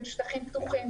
של שטחים פתוחים,